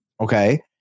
Okay